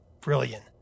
Brilliant